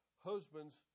husbands